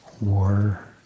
war